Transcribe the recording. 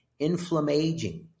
Inflammaging